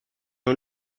non